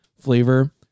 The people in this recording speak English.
flavor